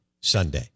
Sunday